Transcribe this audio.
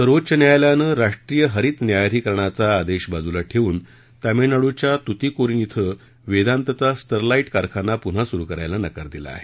सर्वोच्च न्यायालयानं राष्ट्रीय हरित न्यायाधिकरणाचा आदेश बाजूला ठेवून तामिळनाडूच्या तूतीकोरिन इथं वेदांतचा स्टरलाइट कारखाना पुन्हा सुरु करायला नकार दिला आहे